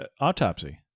autopsy